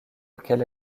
lequel